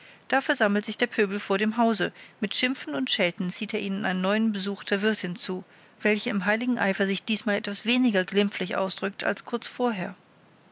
da versammelt sich der pöbel vor dem hause mit schimpfen und schelten zieht er ihnen einen neuen besuch der wirtin zu welche im heiligen eifer sich diesmal etwas weniger glimpflich ausdrückt als kurz vorher